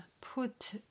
put